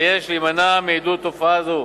ויש להימנע מעידוד תופעה זו.